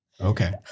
Okay